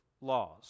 laws